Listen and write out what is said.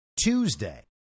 Tuesday